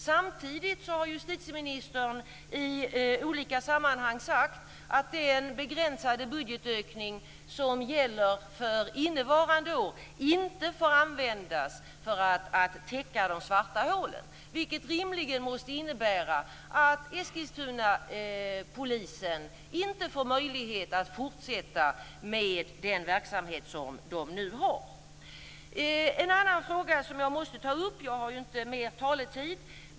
Samtidigt har justitieministern i olika sammanhang sagt att den begränsade budgetökning som gäller för innevarande år inte får användas för att täcka de svarta hålen, vilket rimligen måste innebära att Eskilstunapolisen inte får möjlighet fortsätta med den verksamhet som den nu har. Det är en annan fråga som jag måste ta upp - jag har ju inte mer taletid.